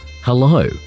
hello